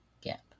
gap